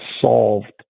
solved